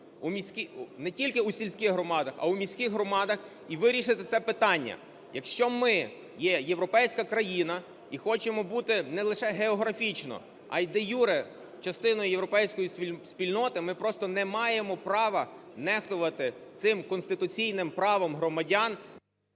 не тільки у сільських громадах, а у міських громадах, і вирішити це питання. Якщо ми є європейська країна і хочемо бути не лише географічно, а й де-юре частиною європейської спільноти, ми просто не маємо права нехтувати цим конституційним правом громадян…